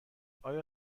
آیا